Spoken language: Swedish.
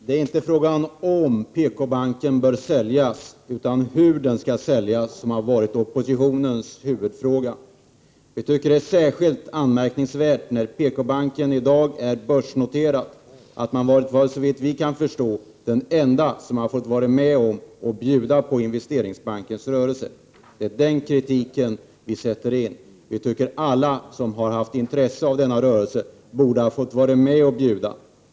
Herr talman! Helt kort: Det är inte frågan om PKbanken bör säljas utan hur den skall säljas som varit oppositionens huvudfråga. Vi tycker det är särskilt anmärkningsvärt när PKbanken, som i dag är börsnoterat, är den enda som vad vi kan förstå fått vara med om att bjuda på Investeringsbankens rörelse. Det är den kritiken vi sätter in. Vi tycker att alla som haft intresse av denna rörelse borde ha fått vara med och bjuda.